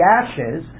ashes